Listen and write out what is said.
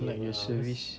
like reservice